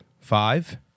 five